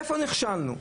איפה נכשלנו?